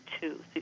two